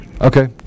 okay